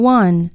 one